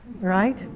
Right